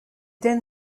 then